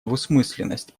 двусмысленность